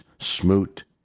Smoot